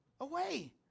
Away